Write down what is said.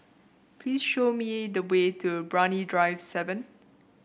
please show me the way to Brani Drive seven